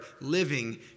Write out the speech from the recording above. living